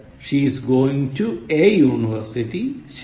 She is going to a university ശരി